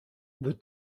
the